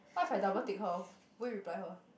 what if I double tick her will you reply her